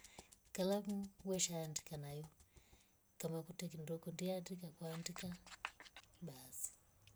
Kalamu ushaandika nayo kama kutye kindo kuandiandika kwandika basi